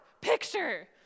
picture